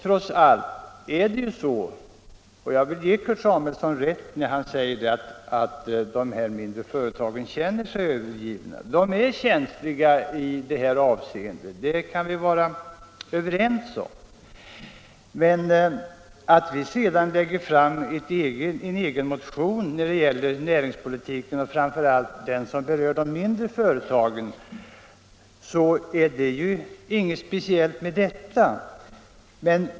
Trots allt vill jag ge Kurt Samuelsson rätt i hans påstående, att de mindre företagen känner sig övergivna. Att de är känsliga i det avseendet kan vi vara överens om. Att vi lägger fram en egen motion när det gäller näringspolitiken och framför allt den näringspolitik som berör de mindre företagen är väl inte speciellt märkligt.